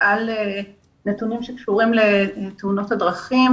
על נתונים שקשורים לתאונות הדרכים.